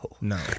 No